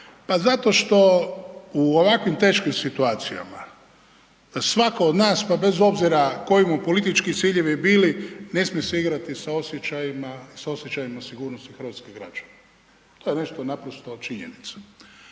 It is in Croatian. Pa zato što u ovakvim teškim situacijama svako od nas pa bez obzira koji mu politički ciljevi bili ne smije se igrati sa osjećajima sigurnosti hrvatskih građana. To je nešto naprosto činjenica.